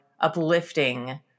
uplifting